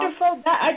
wonderful